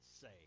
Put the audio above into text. Say